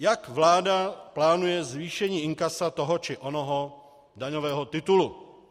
Jak vláda plánuje zvýšení inkasa toho či onoho daňového titulu.